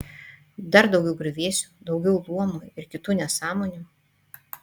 dar daugiau griuvėsių daugiau luomų ir kitų nesąmonių